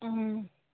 অঁ